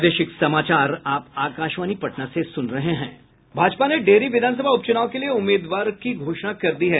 भाजपा ने डेहरी विधान सभा उपचूनाव के लिए उम्मीदवार की घोषणा कर दी है